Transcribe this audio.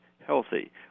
healthy